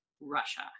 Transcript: Russia